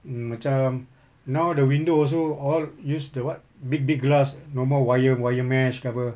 um macam now the window also all use the what big big glass no more wire wire mesh ke apa